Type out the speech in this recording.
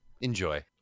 Enjoy